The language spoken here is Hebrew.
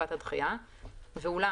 תקופת הדחייה); ואולם,